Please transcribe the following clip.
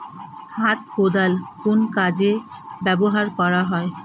হাত কোদাল কোন কাজে ব্যবহার করা হয়?